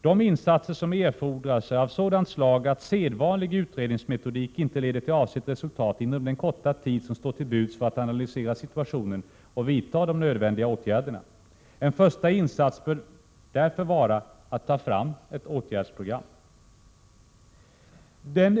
De insatser som erfordras är av sådant slag 125 tid som står till buds för att analysera situationen och vidta de nödvändiga åtgärderna. En första insats bör därför vara att ta fram ett åtgärdsprogram.